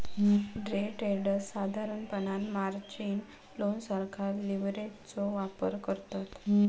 day traders साधारणपणान margin loan सारखा लीव्हरेजचो वापर करतत